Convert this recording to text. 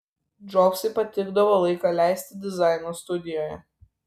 džobsui patikdavo laiką leisti dizaino studijoje